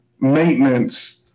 Maintenance